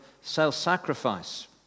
self-sacrifice